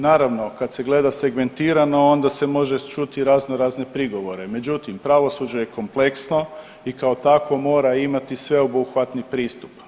Naravno kad se gleda segmentirano onda se može čuti razno razne prigovore, međutim pravosuđe je kompleksno i kao takvo mora imati sveobuhvatni pristup.